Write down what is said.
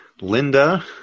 Linda